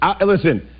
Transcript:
listen